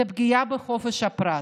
זו פגיעה בחופש הפרט.